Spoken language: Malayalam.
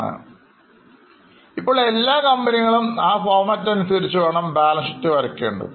ഇപ്പോൾ ഇപ്പോൾ എല്ലാ കമ്പനികളും ആ ഫോർമാറ്റ് അനുസരിച്ച് വേണം ബാലൻസ് ഷീറ്റ് വരക്കേണ്ടത്